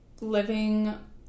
living